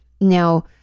Now